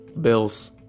Bills